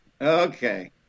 okay